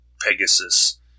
Pegasus